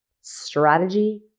strategy